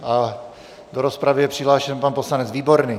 A do rozpravy je přihlášen pan poslanec Výborný.